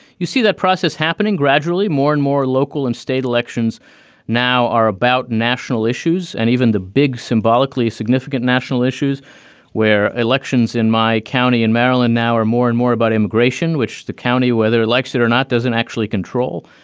you see that process happening gradually. more and more local and state elections now are about national issues and even the big symbolically significant national issues where elections in my county, in maryland now are more and more about immigration, which the county, whether it likes it or not, doesn't actually control.